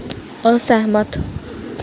असैह्मत